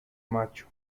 macho